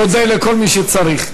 תודה לכל מי שצריך.